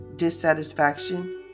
dissatisfaction